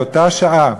באותה שעה,